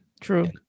true